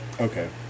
Okay